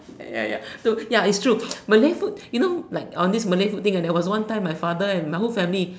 ya ya so ya it's true Malay food you know like on this Malay food thing there was one time my father and my whole family